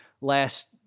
last